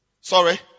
sorry